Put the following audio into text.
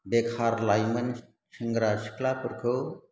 बेखार लाइमोन सेंग्रा सिख्लाफोरखौ